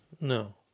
No